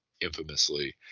infamously